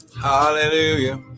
Hallelujah